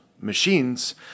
machines